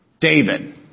David